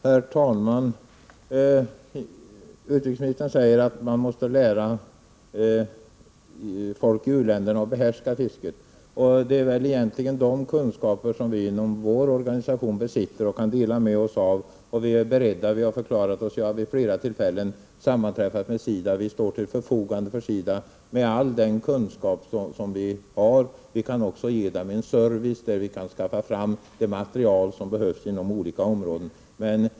Herr talman! Utrikesministern säger att man måste lära folk i u-länderna att behärska fisket och att det egentligen är kunskaper på detta område som vi inom vår organisation besitter och kan dela med oss av. Vi är också beredda att göra detta, och vi står till förfogande för SIDA med all den kunskap vi har. Jag har själv vid flera tillfällen sammanträffat med SIDA. Vi kan också ge dem service genom att skaffa fram det material som behövs inom olika områden.